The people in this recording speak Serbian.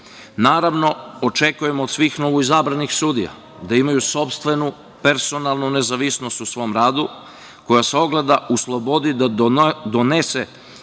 Naravno, očekujemo od svih novoizabranih sudija da imaju sopstvenu personalu nezavisnost u svom radu koja se ogleda u slobodi da donose